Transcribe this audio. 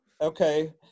Okay